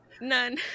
None